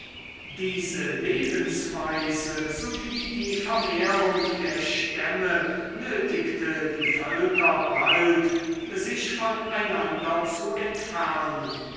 diese lebensweise sowie die vermehrung der stämme nötigte die völker bald sich von einander zu entfernen